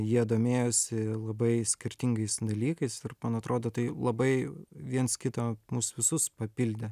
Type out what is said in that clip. jie domėjosi labai skirtingais dalykais ir man atrodo tai labai viens kito mus visus papildė